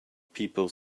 people